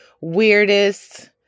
weirdest